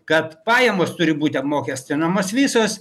kad pajamos turi būti apmokestinamos visos